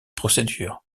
procédure